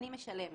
אני משלמת.